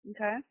Okay